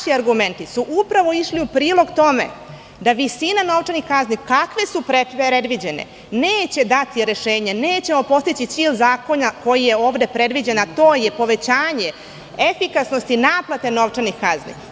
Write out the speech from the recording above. Naši argumenti su upravo išli u prilog tome da visina novčanih kazne, kakve su predviđene, neće dati rešenje i nećemo postići cilj zakona koji je ovde predviđen, a to je povećanje efikasnosti naplate novčanih kazni.